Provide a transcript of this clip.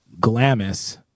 Glamis